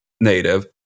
native